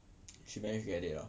she manage to get it ah